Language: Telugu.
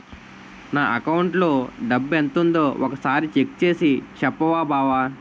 నా అకౌంటులో డబ్బెంతుందో ఒక సారి చెక్ చేసి చెప్పవా బావా